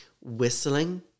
whistling